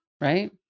Right